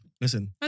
Listen